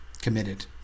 committed